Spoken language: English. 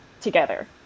together